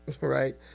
right